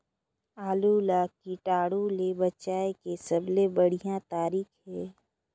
आलू ला कीटाणु ले बचाय के सबले बढ़िया तारीक हे?